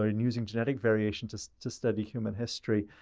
ah and using genetic variation to to study human history.